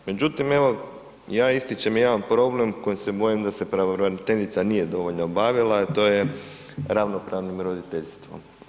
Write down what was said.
Međutim, ja ističem jedan problem kojim se bojim da se pravobraniteljica nije dovoljno bavila, a to je ravnopravnim roditeljstvom.